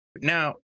Now